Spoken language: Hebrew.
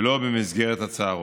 ולא במסגרת הצהרון.